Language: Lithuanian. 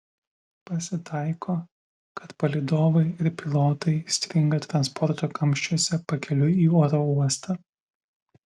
pasitaiko kad palydovai ir pilotai įstringa transporto kamščiuose pakeliui į oro uostą